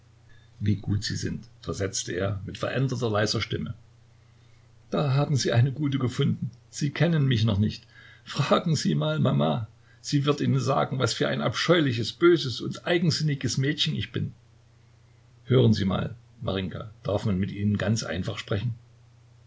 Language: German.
wie gut sie sind versetzte er mit veränderter leiser stimme da haben sie eine gute gefunden sie kennen mich noch nicht fragen sie mal mama sie wird ihnen sagen was für ein abscheuliches böses und eigensinniges mädchen ich bin hören sie mal marinjka darf man mit ihnen ganz einfach sprechen